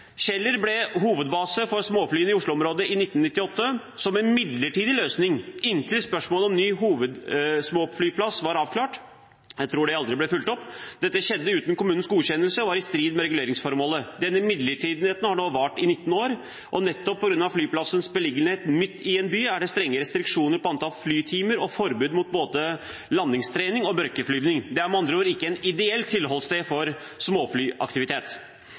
Kjeller ble hovedbase for småflyene i Oslo-området i 1998, som en midlertidig løsning inntil spørsmålet om ny hovedsmåflyplass var avklart – jeg tror det aldri ble fulgt opp. Dette skjedde uten kommunens godkjennelse og var i strid med reguleringsformålet. Denne midlertidigheten har nå vart i 19 år, og nettopp på grunn av flyplassens beliggenhet midt i en by er det strenge restriksjoner på antall flytimer og forbud mot både landingstrening og mørkeflyvning. Det er med andre ord ikke et ideelt tilholdssted for småflyaktivitet.